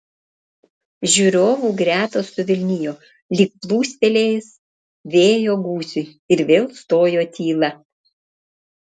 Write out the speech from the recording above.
žiūrovų gretos suvilnijo lyg pūstelėjus vėjo gūsiui ir vėl stojo tyla